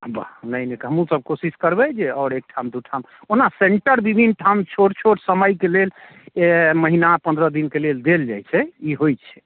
वाह नहि नहि हमहुँ सब कोशिश करबै जे आओर एकठाम दू ठाम ओना सेंटर विभिन्न ठाम छोट छोट समयके लेल महीना पंद्रह दिनके लेल देल जाइत छै ई होइत छै